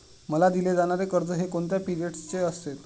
मला दिले जाणारे कर्ज हे कोणत्या पिरियडचे असेल?